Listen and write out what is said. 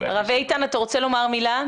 הרב איתן, אתה רוצה לומר מילה?